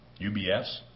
UBS